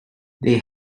they